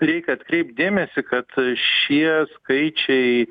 reikia atkreipt dėmesį kad šie skaičiai